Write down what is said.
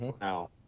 Now